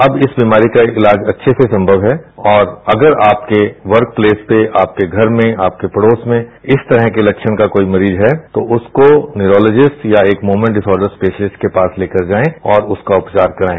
अब इस बीमारी का इलाज अच्छे से संमव है और अगर आपके वर्क प्लेस पे आपके घर में आपके पड़ोस में इस तरह के लक्षण का कोई मरीज है तो उसको निरोलोजीस या इकमुवमेंट डिस्ऑडर स्पेशलिस्ट के पास लेकर जायें और उसका उपचार कराएं